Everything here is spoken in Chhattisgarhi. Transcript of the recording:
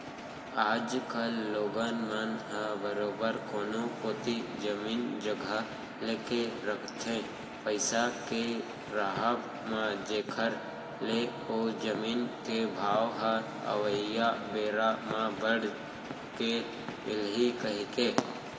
आज कल लोगन मन ह बरोबर कोनो कोती जमीन जघा लेके रखथे पइसा के राहब म जेखर ले ओ जमीन के भाव ह अवइया बेरा म बड़ के मिलही कहिके